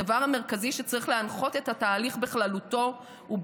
הדבר המרכזי שצריך להנחות את התהליך בכללותו הוא,